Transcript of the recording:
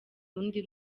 rundi